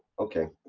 okay.